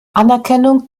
anerkennung